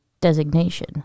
Designation